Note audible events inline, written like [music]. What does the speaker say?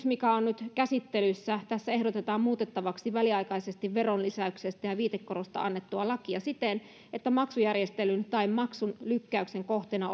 [unintelligible] mikä on on nyt käsittelyssä ehdotetaan muutettavaksi väliaikaisesti veronlisäyksestä ja ja viitekorosta annettua lakia siten että maksujärjestelyn tai maksun lykkäyksen kohteena [unintelligible]